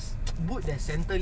ah lagi tiga minit